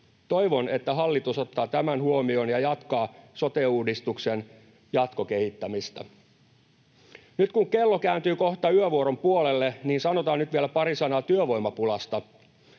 Toivon, että hallitus ottaa tämän huomioon ja jatkaa sote-uudistuksen jatkokehittämistä. Nyt, kun kello kääntyy kohta yövuoron puolelle, sanotaan nyt vielä pari sanaa työvoimapulasta.